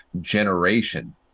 generation